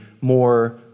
more